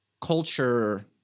Culture